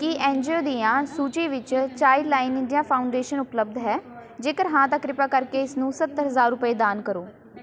ਕੀ N G O ਦੀਆਂ ਸੂਚੀ ਵਿੱਚ ਚਾਈਲਡਲਾਈਨ ਇੰਡੀਆ ਫਾਊਡੇਸ਼ਨ ਉਪਲਬਧ ਹੈ ਜੇਕਰ ਹਾਂ ਤਾਂ ਕਿਰਪਾ ਕਰਕੇ ਇਸ ਨੂੰ ਸੱਤਰ ਹਜ਼ਾਰ ਰੁਪਏ ਦਾਨ ਕਰੋ